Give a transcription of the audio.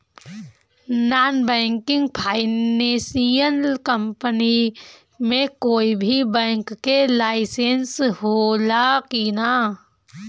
Non banking financial company मे कोई भी बैंक के लाइसेन्स हो ला कि ना?